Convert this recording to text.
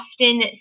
often